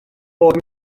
bod